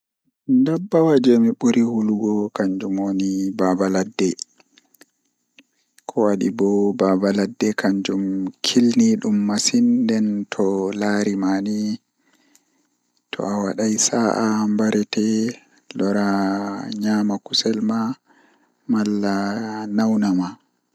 Ko ɗiɗi fow ngir miijooji ɓe njangol no ndaarndu e fiya fow ko njibbuttu. Ko fiye njangol nyannde hiɗe kanko, ɓe njangol ko faŋka.